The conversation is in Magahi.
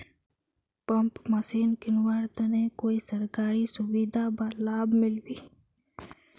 पंप मशीन किनवार तने कोई सरकारी सुविधा बा लव मिल्बी?